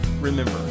remember